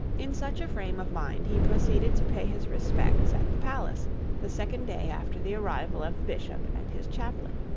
in such a frame of mind he proceeded to pay his respects at the palace the second day after the arrival of the bishop and his chaplain.